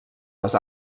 les